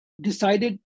decided